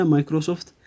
Microsoft